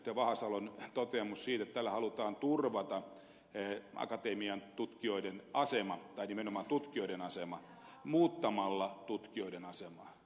vahasalon toteamus siitä että tällä halutaan turvata nimenomaan tutkijoiden asema muuttamalla tutkijoiden asemaa